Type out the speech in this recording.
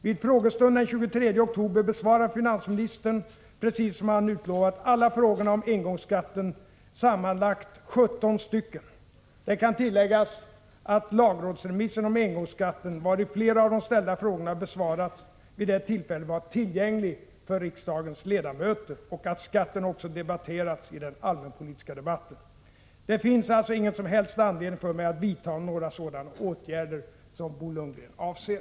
Vid frågestunden den 23 oktober besvarade finansministern, precis som utlovat, alla frågorna om engångsskatten — sammanlagt 17 stycken. Det kan tilläggas att lagrådsremissen om engångsskatten, vari flera av de ställda frågorna besvarats, vid det tillfället var tillgänglig för riksdagens ledamöter och att skatten också debatterats i den allmänpolitiska debatten. Det finns alltså ingen som helst anledning för mig att vidta några sådana åtgärder som Bo Lundgren avser.